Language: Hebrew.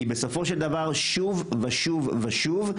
בסופו של דבר שוב ושוב ושוב,